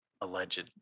alleged